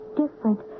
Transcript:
different